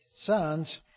sons